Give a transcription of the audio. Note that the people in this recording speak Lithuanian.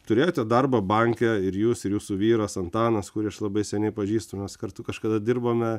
turėjote darbą banke ir jūs ir jūsų vyras antanas kurį aš labai seniai pažįstu mes kartu kažkada dirbome